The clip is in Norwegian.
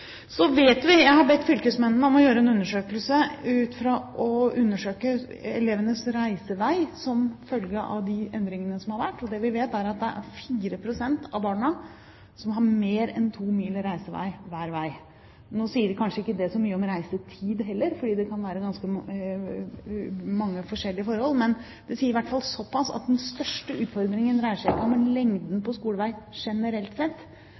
Jeg har bedt fylkemennene om å foreta en undersøkelse om elevenes reisevei som følge av de endringene som har skjedd. Det vi vet, er at det er 4 pst. av barna som har mer enn to mil reisevei – hver vei. Nå sier det kanskje ikke så mye om reisetid heller, for det kan være ganske mange forskjellige forhold, men det sier i hvert fall så pass at den største utfordringen ikke dreier seg om lengden på skolevei generelt sett,